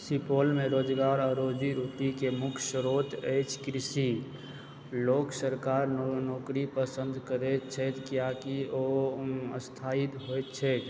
सुपौलमे रोजगार आओर रोजी रोटीके मुख्य स्रोत अछि कृषि लोक सरकार नौकरी पसन्द करैत छथि किआकि ओ स्थायी होएत छै